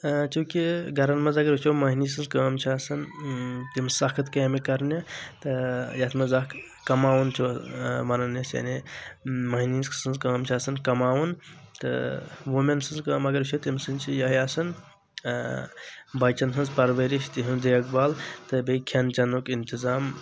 چوٗنکہ گرن منٛز اگر أسۍ وُچھو مٔہنی سٕنٛز کٲم چھ آسان تِم سخت کامہِ کرنہِ تہٕ یتھ منٛز اکھ کماوُن چھ ونان أسۍ یعنی مٔہنی سٕنٛز کأم چھ آسان کماوُن تہٕ وُمٮ۪ن سٕنٛز کأم اگر وُچھو تٔمۍ سٕنٛز چھِ یِہے آسان بچن ہٕنٛز پرؤرِش تِہنٛز دیکھ بال تہٕ بیٚیہِ کھیٚن چیٚنُک اِنتِظام